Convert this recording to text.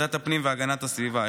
ועדת הפנים והגנת הסביבה: